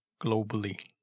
globally